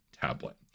tablet